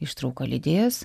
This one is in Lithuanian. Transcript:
ištrauką lydės